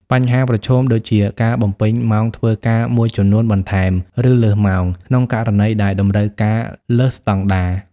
បញ្ហាប្រឈមដូចជា ការបំពេញម៉ោងធ្វើការមួយចំនួនបន្ថែម ឬលើសម៉ោង ក្នុងករណីដែលតម្រូវការលើសស្តង់ដារ។